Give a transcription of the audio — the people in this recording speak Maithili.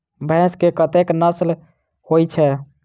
भैंस केँ कतेक नस्ल होइ छै?